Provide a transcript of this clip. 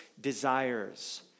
desires